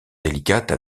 délicates